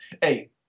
Hey